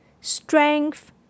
strength